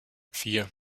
vier